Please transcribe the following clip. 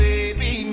Baby